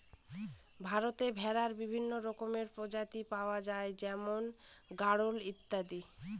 ভারতে ভেড়ার বিভিন্ন রকমের প্রজাতি পাওয়া যায় যেমন গাড়োল ইত্যাদি